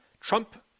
Trump